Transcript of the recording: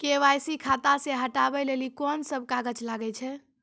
KYC खाता से हटाबै लेली कोंन सब कागज लगे छै?